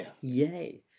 Yay